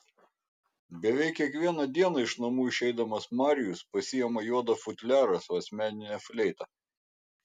beveik kiekvieną dieną iš namų išeidamas marijus pasiima juodą futliarą su asmenine fleita